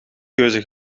keuze